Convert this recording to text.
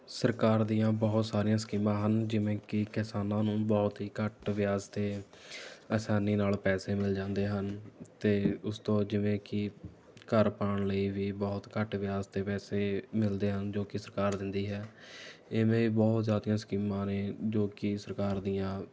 ਸਰਕਾਰ ਦੀਆਂ ਬਹੁਤ ਸਾਰੀਆਂ ਸਕੀਮਾਂ ਹਨ ਜਿਵੇਂ ਕਿ ਕਿਸਾਨਾਂ ਨੂੰ ਬਹੁਤ ਹੀ ਘੱਟ ਵਿਆਜ 'ਤੇ ਆਸਾਨੀ ਨਾਲ ਪੈਸੇ ਮਿਲ ਜਾਂਦੇ ਹਨ ਅਤੇ ਉਸ ਤੋਂ ਜਿਵੇਂ ਕਿ ਘਰ ਪਾਉਣ ਲਈ ਵੀ ਬਹੁਤ ਘੱਟ ਵਿਆਜ 'ਤੇ ਪੈਸੇ ਮਿਲਦੇ ਹਨ ਜੋ ਕਿ ਸਰਕਾਰ ਦਿੰਦੀ ਹੈ ਇਵੇਂ ਬਹੁਤ ਜ਼ਿਆਦਾ ਸਕੀਮਾਂ ਨੇ ਜੋ ਕਿ ਸਰਕਾਰ ਦੀਆਂ